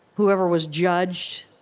whoever was judged.